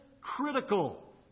critical